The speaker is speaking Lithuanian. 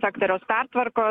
sektoriaus pertvarkos